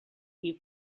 you